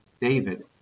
David